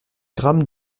grammes